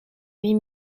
huit